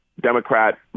Democrat